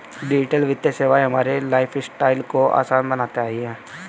digital वित्तीय सेवाएं हमारे लाइफस्टाइल को आसान बनाती हैं